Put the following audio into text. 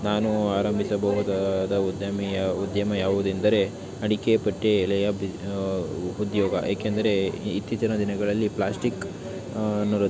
ನಾನು ಆರಂಭಿಸಬಹುದಾದ ಉದ್ಯಮ ಉದ್ಯಮ ಯಾವುದೆಂದರೆ ಅಡಿಕೆ ಪಟ್ಟಿ ಎಲೆಯ ಬಿಸ್ ಉದ್ಯೋಗ ಯಾಕೆಂದರೆ ಇತ್ತೀಚಿನ ದಿನಗಳಲ್ಲಿ ಪ್ಲಾಸ್ಟಿಕನ್ನು